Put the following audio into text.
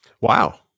Wow